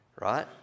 Right